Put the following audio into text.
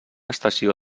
estació